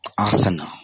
Arsenal